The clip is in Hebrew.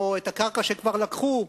או שהקרקע שכבר לקחו,